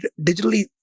digitally